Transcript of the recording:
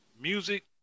music